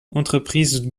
entreprise